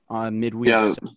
midweek